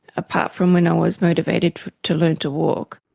apart from when i was motivated to learn to walk.